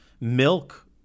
Milk